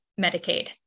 Medicaid